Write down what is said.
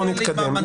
נתקדם.